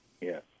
Yes